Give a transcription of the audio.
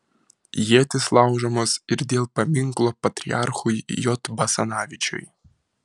ietys laužomos ir dėl paminklo patriarchui j basanavičiui